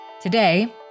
Today